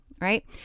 right